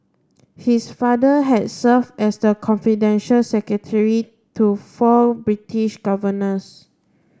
his father had serve as the confidential secretary to four British governors